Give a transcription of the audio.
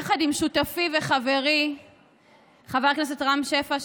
יחד עם שותפי וחברי חבר הכנסת רם שפע,